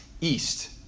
east